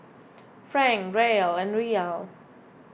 Franc Riel and Riyal